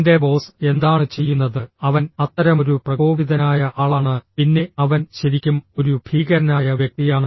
എന്റെ ബോസ് എന്താണ് ചെയ്യുന്നത് അവൻ അത്തരമൊരു പ്രകോപിതനായ ആളാണ് പിന്നെ അവൻ ശരിക്കും ഒരു ഭീകരനായ വ്യക്തിയാണ്